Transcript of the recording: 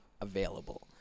available